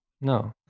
No